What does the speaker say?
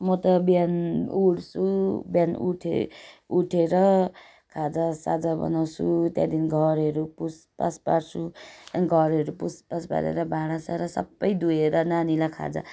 म त बिहान उठ्छु बिहान उठे उठेर खाजा साजा बनाउँछु त्यहाँदेखि घरहरू पुसपास पार्छु घरहरू पुसपास पारेर भाँडा साँडा सबै धोएर नानीलाई खाजा